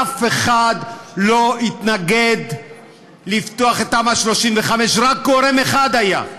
אף אחד לא התנגד לפתוח את תמ"א 35. רק גורם אחד היה,